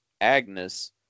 Agnes